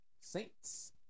Saints